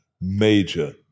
major